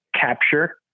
capture